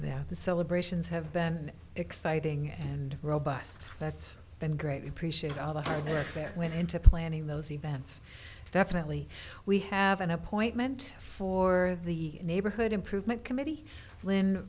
that the celebrations have been exciting and robust that's been greatly appreciate all the hard work that went into planning those events definitely we have an appointment for the neighborhood improvement committee